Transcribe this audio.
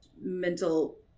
mental